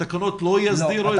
התקנות לא יסדירו?